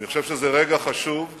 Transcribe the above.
אני חושב שזה רגע חשוב, השר שלך התלונן.